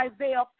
Isaiah